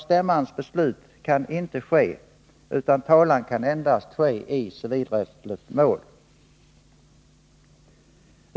Stämmans beslut kan inte överklagas, utan talan kan endast föras i civilrättsligt mål.